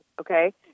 okay